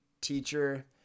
teacher